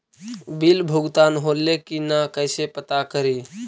Bill भुगतान होले की न कैसे पता करी?